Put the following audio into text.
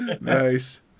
Nice